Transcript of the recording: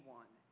one